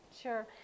sure